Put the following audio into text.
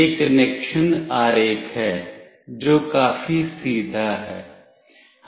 यह कनेक्शन आरेख है जो काफी सीधा है